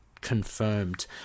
confirmed